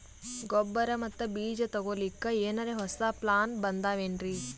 ಗೊಬ್ಬರ ಮತ್ತ ಬೀಜ ತೊಗೊಲಿಕ್ಕ ಎನರೆ ಹೊಸಾ ಪ್ಲಾನ ಬಂದಾವೆನ್ರಿ?